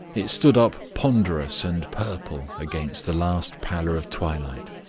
it stood up ponderous and purple against the last pallor of twilight.